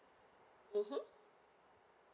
mmhmm